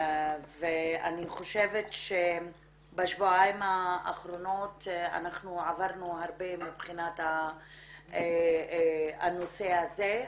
אני חושבת שבשבועיים האחרונים אנחנו עברנו הרבה מבחינת הנושא הזה.